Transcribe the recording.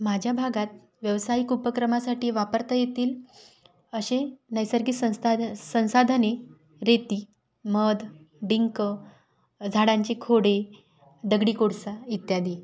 माझ्या भागात व्यावसायिक उपक्रमासाठी वापरता येतील अशी नैसर्गिक संस्थानं संसाधने रेती मध डिंक झाडांची खोडे दगडी कोळसा इत्यादी